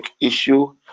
issue